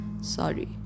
Sorry